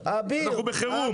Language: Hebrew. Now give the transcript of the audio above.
אנחנו בחירום.